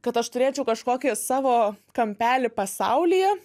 kad aš turėčiau kažkokį savo kampelį pasaulyje